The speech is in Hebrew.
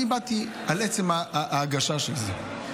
אני באתי על עצם ההגשה של זה.